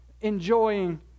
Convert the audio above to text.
enjoying